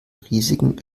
riesigen